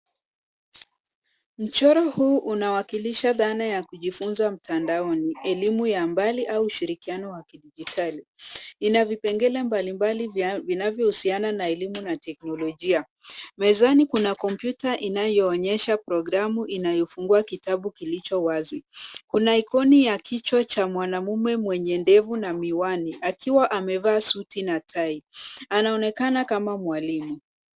Mchoro huu unawakilisha dhana ya kujifunza mtandaoni, elimu ya mbali au ushirikiano wa kidijitali. Ina vipengele mbalimbali vinavyo husiana na elimu na teknolojia. Mezani kuna kompyuta inayoonyesha programu inayofungua kitabu kilicho wazi. Kuna ikoni ya kichwa cha mwanamume mwenye ndevu na miwani akiwa amevaa suti na tai. Anaonekana kama mwalimu.